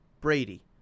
Brady